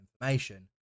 information